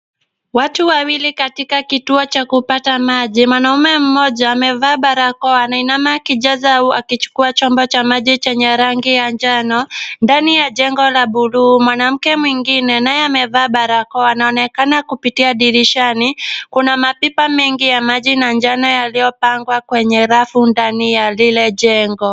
Watu wawili katika kituo cha kupata maji. Mwanaume mmoja amevaa barakoa anainama akijaza au akichukua chombo cha maji chenye rangi ya njano. Ndani ya jengo la buluu, mwanamke mwingine naye amevaa barakoa, anaonekana kupitia dirishani. Kuna mapipa mengi ya maji na njano yaliyopangwa kwenye rafu ndani ya lile jengo.